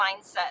mindset